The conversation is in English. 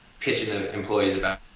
pitching to the employees about